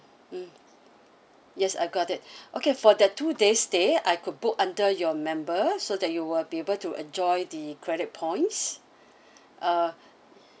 mm yes I got it okay for that two days stay I could book under your member so that you will be able to enjoy the credit points uh